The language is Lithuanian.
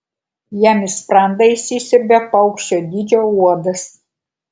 jam į sprandą įsisiurbia paukščio dydžio uodas